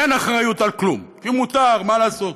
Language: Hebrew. כי אין אחריות לכלום, כי מותר, מה לעשות?